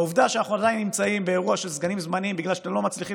העובדה שאנחנו נמצאים באירוע של סגנים זמניים בגלל שאתם לא מצליחים